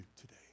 today